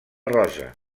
rosa